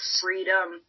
freedom